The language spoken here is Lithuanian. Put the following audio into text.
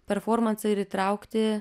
performansą ir įtraukti